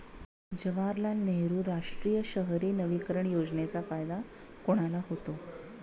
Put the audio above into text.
जवाहरलाल नेहरू राष्ट्रीय शहरी नवीकरण योजनेचा फायदा कोणाला होतो?